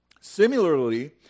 Similarly